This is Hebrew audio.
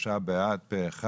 הצבעה אושר 3 בעד, פה אחד.